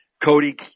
Cody